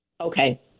Okay